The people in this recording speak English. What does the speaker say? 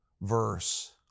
verse